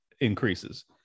increases